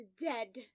Dead